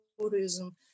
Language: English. tourism